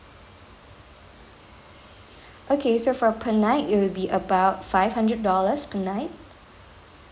okay so for per night it will be about five hundred dollars per night